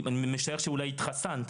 אני משער שאולי התחסנת.